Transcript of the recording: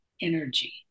energy